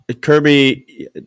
Kirby